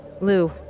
Lou